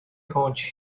hunched